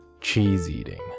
cheese-eating